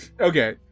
Okay